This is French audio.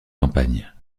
campagne